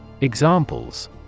Examples